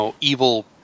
evil